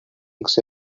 eggs